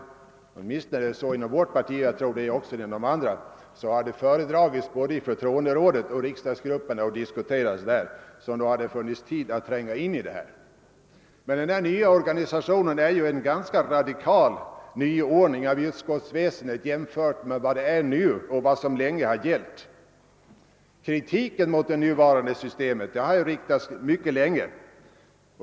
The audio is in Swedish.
I moderata samlingspartiet har vi också föredragit och diskuterat betänkandet både i förtroenderådet och i riksdagsgruppen, och jag skulle tro att man gjort på samma sätt inom andra partier. Den nya organisationen innebär cen ganska radikal nyordning av utskottsväsendet jämfört med den ordning vi nu har och som länge har gällt. Kritik har riktats mycket länge mot det nuvarande systemet.